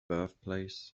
birthplace